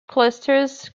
clusters